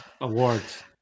awards